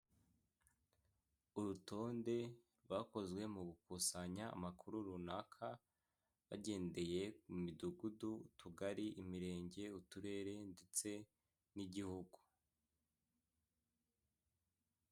Urutonde rwakozwe mu gukusanya amakuru runaka bagendeye ku midugudu, utugari, imirenge, uturere ndetse n'igihugu.